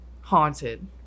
haunted